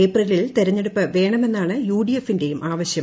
ഏപ്രിലിൽ തിരഞ്ഞെടുപ്പ് വേണമെന്നാണ് യുഡിഎഫിന്റെയും ആവശ്യം